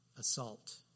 assault